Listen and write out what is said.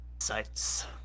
sights